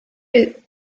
est